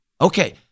Okay